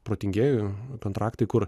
protingieji kontraktai kur